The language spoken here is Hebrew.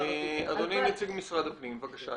אדוני, נציג משרד הפנים, בבקשה.